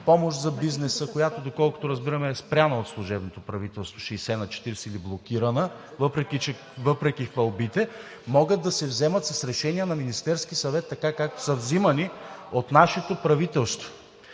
помощ за бизнеса, която, доколкото разбирам, е спряна в служебното правителство – 60/40 е блокирана, въпреки хвалбите, могат да се вземат с решение на Министерския съвет така, както са взимани от нашето правителство,